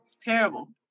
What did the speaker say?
terrible